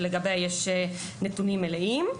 שלגביה יש נתונים מלאים.